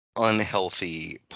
unhealthy